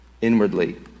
inwardly